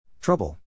Trouble